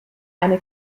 eine